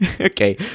Okay